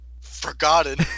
forgotten